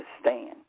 Stand